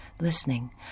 listening